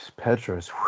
Petras